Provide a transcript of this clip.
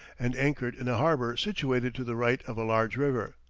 and anchored in a harbour situated to the right of a large river.